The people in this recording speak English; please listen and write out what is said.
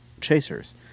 Chasers